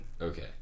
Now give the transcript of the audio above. Okay